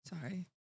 sorry